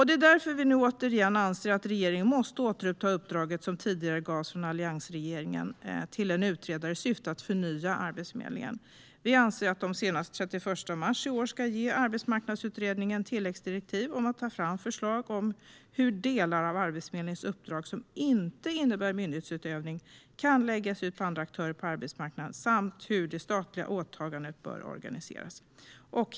Det är därför vi nu återigen anser att regeringen måste återuppta uppdraget som tidigare gavs från alliansregeringen till en utredare i syfte att förnya Arbetsförmedlingen. Vi anser att man senast den 31 mars i år ska ge Arbetsmarknadsutredningen tilläggsdirektiv om att ta fram förslag om hur de delar av Arbetsförmedlingens uppdrag som inte innebär myndighetsutövning kan läggas ut på andra aktörer på arbetsmarknaden samt hur det statliga åtagandet bör organiseras.